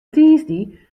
tiisdei